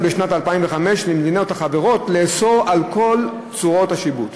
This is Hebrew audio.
בשנת 2005 למדינות החברות לאסור את כל צורות השיבוט.